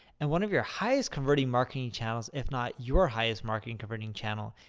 and one of your highest converting marketing channels, if not your highest marketing converting channel,